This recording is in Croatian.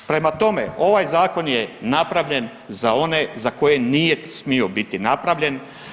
Prema tome, ovaj zakon je napravljen za one za koje nije smio biti napravljen.